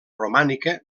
romànica